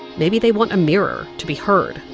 maybe they want a mirror, to be heard,